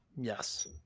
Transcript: yes